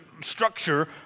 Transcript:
structure